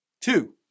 Two